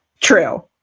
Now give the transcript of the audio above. true